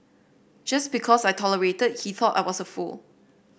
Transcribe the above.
just because I tolerated he thought I was a fool